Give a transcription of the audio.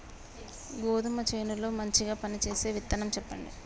గోధుమ చేను లో మంచిగా పనిచేసే విత్తనం చెప్పండి?